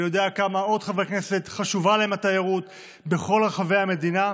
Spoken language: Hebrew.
ואני יודע על עוד כמה חברי כנסת שחשובה להם התיירות בכל רחבי המדינה,